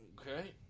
Okay